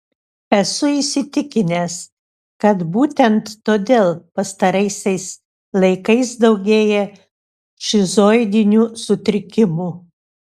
esu įsitikinęs kad būtent todėl pastaraisiais laikais daugėja šizoidinių sutrikimų